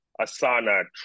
Asana